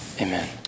amen